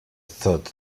thud